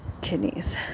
kidneys